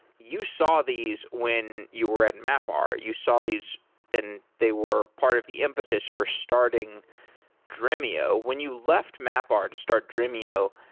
you saw these when you were at mapr. you saw these and they were part of the impetus for starting dremio. when you left mapr to start dremio,